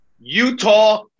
Utah